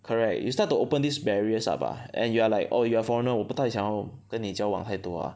correct you start to open these barriers up ah and you are like eh you are foreigner 我不太想跟你交往太多 ah